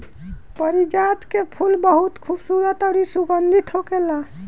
पारिजात के फूल बहुत खुबसूरत अउरी सुगंधित होखेला